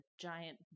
giant